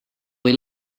kui